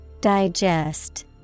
Digest